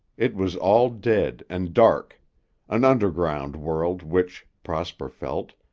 it was all dead and dark an underground world which, prosper felt,